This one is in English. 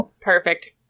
Perfect